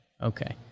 okay